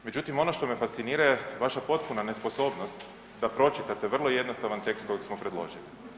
Međutim ono što me fascinira je vaša potpuna nesposobnost da pročitate vrlo jednostavan tekst kojeg smo predložili.